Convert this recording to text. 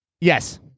yes